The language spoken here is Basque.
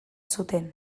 zuten